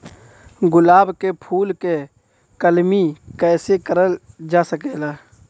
गुलाब क फूल के कलमी कैसे करल जा सकेला?